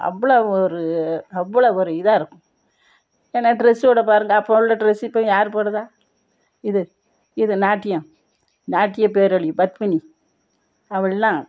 அவ்வளோ ஒரு அவ்வளோ ஒரு இதாக இருக்கும் ஏன்னால் ட்ரெஸ்ஸு கூட பாருங்க அப்போ உள்ள ட்ரெஸ்ஸு இப்போ யார் போடுறா இது இது நாட்டியம் நாட்டியப் பேரொளி பத்மினி அவளெலாம்